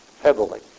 heavily